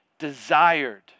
desired